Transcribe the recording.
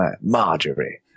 Marjorie